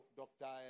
doctor